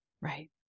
Right